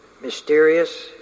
mysterious